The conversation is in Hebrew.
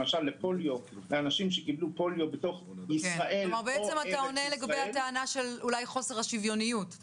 למשל בפוליו --- אתה עונה לגבי הטענה של חוסר השוויוניות.